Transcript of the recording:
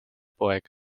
poeg